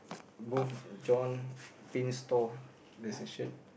booth and John bean store in that section